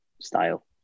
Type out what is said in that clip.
style